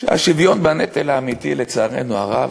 שהשוויון האמיתי בנטל, לצערנו הרב,